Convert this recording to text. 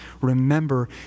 remember